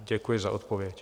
Děkuji za odpověď.